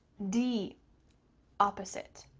de opposite.